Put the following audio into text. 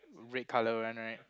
red colour one right